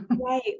Right